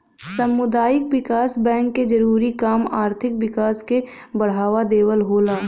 सामुदायिक विकास बैंक के जरूरी काम आर्थिक विकास के बढ़ावा देवल होला